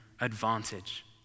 advantage